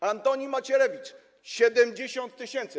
Antoni Macierewicz - 70 tys. zł.